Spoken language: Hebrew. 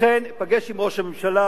ולכן אפגש עם ראש הממשלה,